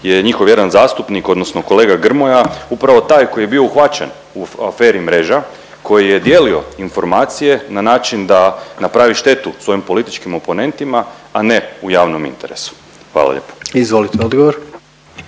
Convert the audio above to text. je njihov vjeran zastupnik odnosno kolega Grmoja upravo taj koji je bio uhvaćen u aferi Mreža koji je dijelio informacije na način da napravi štetu svojim političkim oponentima, a ne u javnom interesu. Hvala lijepo. **Jandroković,